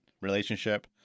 relationship